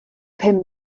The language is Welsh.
pum